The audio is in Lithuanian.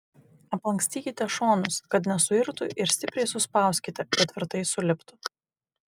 aplankstykite šonus kad nesuirtų ir stipriai suspauskite kad tvirtai suliptų